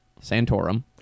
Santorum